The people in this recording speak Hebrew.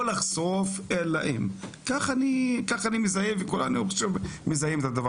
לא נכנס עכשיו לכל